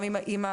האם,